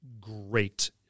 great